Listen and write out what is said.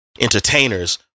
entertainers